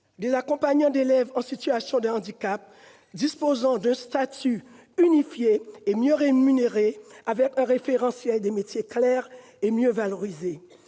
Les accompagnants d'élèves en situation de handicap doivent disposer d'un statut unifié et être mieux rémunérés, avec un référentiel des métiers clair et mieux valorisé.